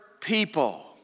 people